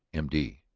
m d.